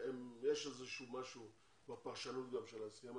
שיש איזה שהוא משהו בפרשנות של ההסכם,